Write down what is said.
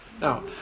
Now